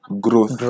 growth